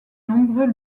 nombreux